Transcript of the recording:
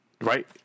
Right